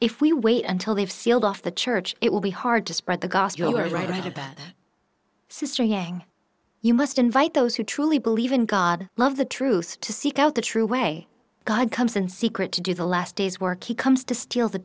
if we wait until they have sealed off the church it will be hard to spread the gospel or write about sister yang you must invite those who truly believe in god love the truth to seek out the true way god comes in secret to do the last days work he comes to steal the